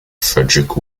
frederick